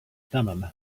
thummim